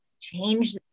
change